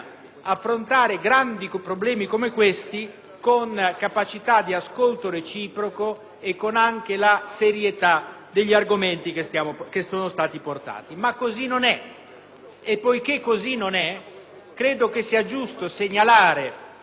affrontare grandi problemi come questi con capacità di ascolto reciproco e con la serietà degli argomenti che sono stati portati. Così, però, non è. Pertanto, credo sia giusto segnalare